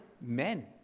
men